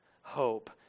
hope